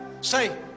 say